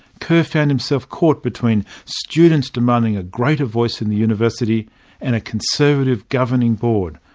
kerr found himself caught between students demanding a greater voice in the university and a conservative governing board,